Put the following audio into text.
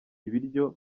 ibiryo